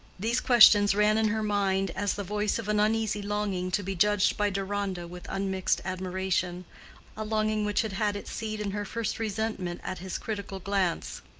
these questions ran in her mind as the voice of an uneasy longing to be judged by deronda with unmixed admiration a longing which had had its seed in her first resentment at his critical glance.